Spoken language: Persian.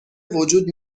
وجود